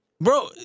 Bro